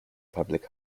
public